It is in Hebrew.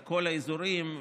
לכל האזורים,